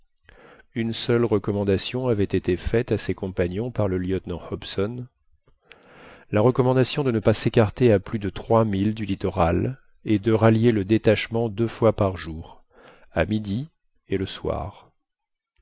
une seule recommandation avait été faite à ses compagnons par le lieutenant hobson la recommandation de ne pas s'écarter à plus de trois milles du littoral et de rallier le détachement deux fois par jour à midi et le soir